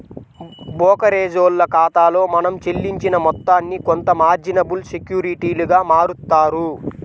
బోకరేజోల్ల ఖాతాలో మనం చెల్లించిన మొత్తాన్ని కొంత మార్జినబుల్ సెక్యూరిటీలుగా మారుత్తారు